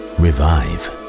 revive